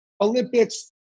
Olympics